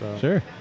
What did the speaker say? Sure